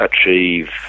achieve